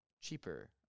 cheaper